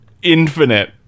Infinite